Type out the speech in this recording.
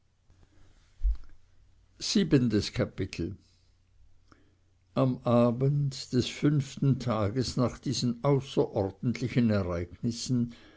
siebentes kapitel am abend des fünften tages nach diesen außerordentlichen ereignissen